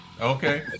Okay